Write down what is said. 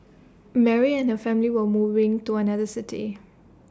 Mary and her family were moving to another city